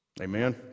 Amen